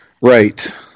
Right